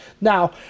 Now